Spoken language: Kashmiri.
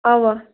اوا